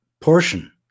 portion